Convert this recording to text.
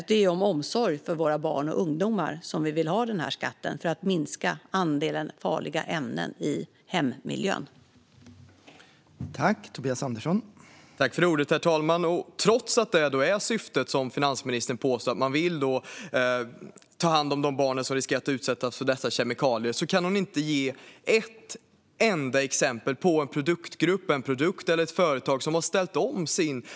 Det är av omsorg om våra barn och ungdomar som vi vill ha skatten så att andelen farliga ämnen i hemmiljön ska minska.